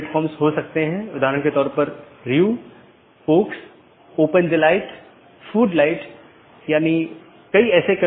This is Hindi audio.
एक IBGP प्रोटोकॉल है जो कि सब चीजों से जुड़ा हुआ है